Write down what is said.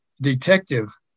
detective